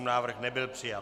Návrh nebyl přijat.